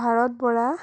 Bharat Bora